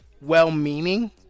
well-meaning